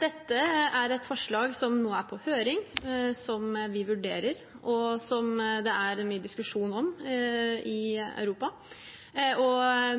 dette er et forslag som nå er på høring, som vi vurderer, og som det er mye diskusjon om i Europa.